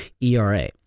ERA